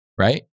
right